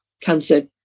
cancer